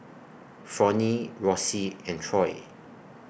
Fronnie Rosey and Troy